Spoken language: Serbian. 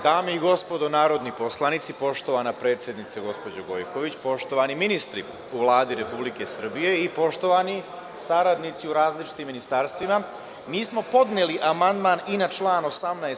Dame i gospodo narodni poslanici, poštovana predsednice, gospođo Gojković, poštovani ministri u Vladi Republike Srbije i poštovani saradnici u različitim ministarstvima, mi smo podneli i amandman na član 18.